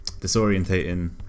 disorientating